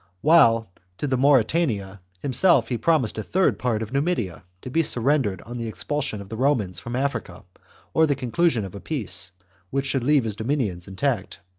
while to the mauritanian himself he promised a third part of numidia, to be surrendered on the expulsion of the romans from africa or the conclusion of a peace which should leave his dominions intact.